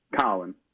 Colin